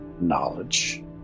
knowledge